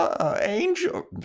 Angel